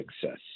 success